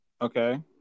okay